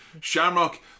Shamrock